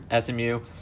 SMU